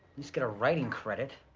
least get a writing credit.